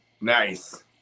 Nice